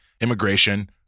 immigration